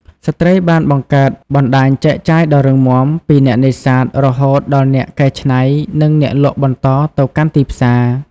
ស្ត្រីបានបង្កើតបណ្តាញចែកចាយដ៏រឹងមាំពីអ្នកនេសាទ រហូតដល់អ្នកកែច្នៃ និងអ្នកលក់បន្តទៅកាន់ទីផ្សារ។